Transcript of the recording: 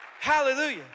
hallelujah